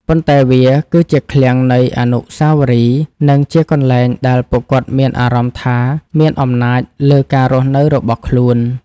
ប៉ុន្តែវាគឺជាឃ្លាំងនៃអនុស្សាវរីយ៍ និងជាកន្លែងដែលពួកគាត់មានអារម្មណ៍ថាមានអំណាចលើការរស់នៅរបស់ខ្លួន។